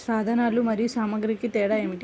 సాధనాలు మరియు సామాగ్రికి తేడా ఏమిటి?